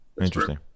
Interesting